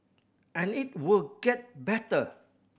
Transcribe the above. and it will get better